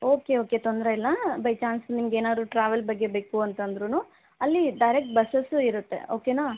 okay okay ತೊಂದರೆ ಇಲ್ಲ by chance ನಿಮ್ಗೇನಾದ್ರು ಟ್ರಾವೆಲ್ ಬಗ್ಗೆ ಬೇಕು ಅಂತಂದ್ರೂ ಅಲ್ಲಿ ಡೈರೆಕ್ಟ್ ಬಸ್ಸಸ್ಸು ಇರುತ್ತೆ ಓಕೆನಾ